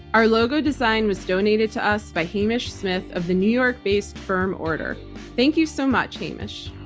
our logo design was donated to us by hamish smyth of the new york-based firm, order. thank you so much, hamish.